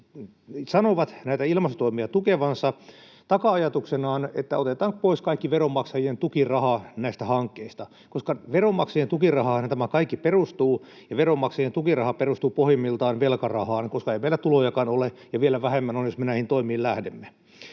tukevansa, taka-ajatuksenaan, että otetaan pois kaikki veronmaksajien tukiraha näistä hankkeista. Veronmaksajien tukirahaanhan tämä kaikki perustuu, ja veronmaksajien tukiraha perustuu pohjimmiltaan velkarahaan, koska ei meillä tulojakaan ole, ja vielä vähemmän on, jos me näihin toimiin lähdemme.